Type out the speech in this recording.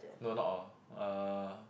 no not all uh